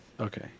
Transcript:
Okay